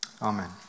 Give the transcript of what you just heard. Amen